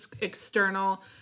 external